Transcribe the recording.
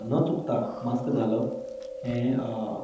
न चुकता मास्क घालप हें